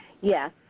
Yes